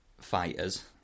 fighters